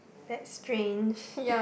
that's strange